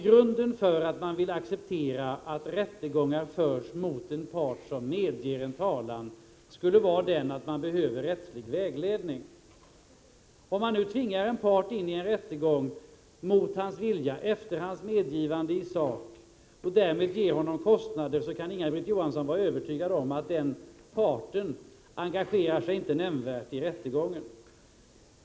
Grunden för att man vill acceptera att rättegångar förs mot en part som medger en talan skulle vara den att man behöver rättslig vägledning. Om man nu tvingar en part in i en rättegång mot hans vilja, efter hans medgivande i sak, och därmed ger honom kostnader, kommer den parten — det kan Inga-Britt Johansson vara övertygad om — inte att engagera sig nämnvärt i rättegången.